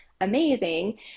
amazing